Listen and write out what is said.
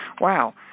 Wow